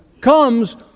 comes